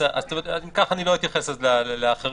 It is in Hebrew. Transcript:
אם כך, אני לא אתייחס לאחרים.